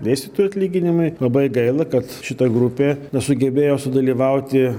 dėstytojų atlyginimai labai gaila kad šita grupė na sugebėjo sudalyvauti